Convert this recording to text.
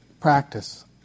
practice